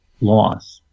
loss